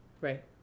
right